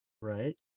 right